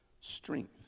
strength